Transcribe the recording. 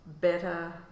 better